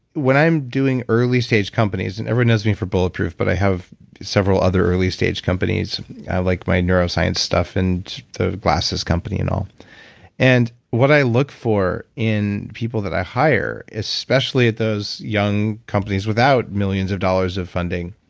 when i'm doing early stage companies and everyone knows me for bulletproof, but i have several other early stage companies. i like my neuroscience stuff and sort of glasses company and all and what i look for in people that i hire, especially at those young companies without millions of dollars of funding,